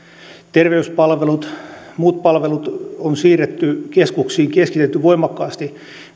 terveyspalvelut ja muut palvelut on siirretty keskuksiin keskitetty voimakkaasti